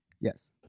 Yes